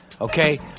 Okay